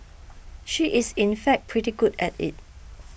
she is in fact pretty good at it